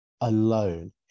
alone